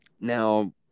now